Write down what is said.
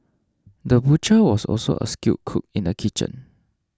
the butcher was also a skilled cook in the kitchen